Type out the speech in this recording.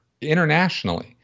internationally